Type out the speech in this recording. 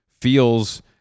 feels